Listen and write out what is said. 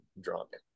drunk